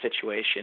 situation